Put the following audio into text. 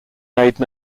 made